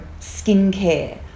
skincare